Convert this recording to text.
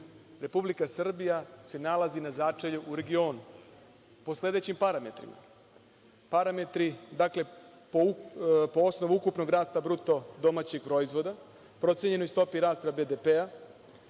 Republika Srbija se nalazi na začelju u regionu po sledećim parametrima, parametri, dakle, po osnovu ukupnog rasta bruto domaćeg proizvoda, procenjenoj stopi rasta BDP-a,